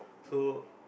so